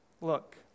look